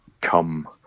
come